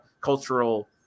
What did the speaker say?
cultural